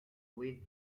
with